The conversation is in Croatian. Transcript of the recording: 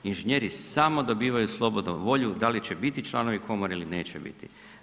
Inženjeri samo dobivaju slobodnu volju da li će biti članovi komore ili neće biti.